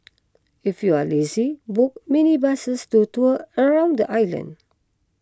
if you are lazy book minibuses to tour around the island